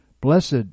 Blessed